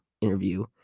interview